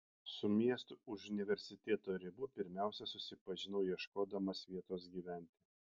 su miestu už universiteto ribų pirmiausia susipažinau ieškodamas vietos gyventi